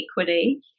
equity